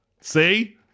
See